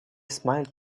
smiled